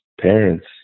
parents